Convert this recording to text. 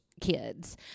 kids